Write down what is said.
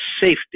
safety